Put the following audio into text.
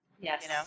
Yes